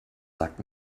sagt